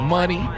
Money